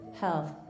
health